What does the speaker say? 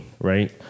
right